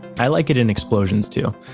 i like it in explosions too,